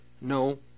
no